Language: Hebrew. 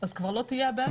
כבר לא תהיה הבעיה הזאת.